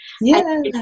Yes